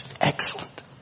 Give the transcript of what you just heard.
Excellent